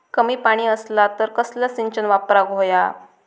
कमी पाणी असला तर कसला सिंचन वापराक होया?